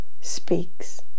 speaks